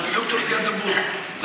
ד"ר זיאד דבור.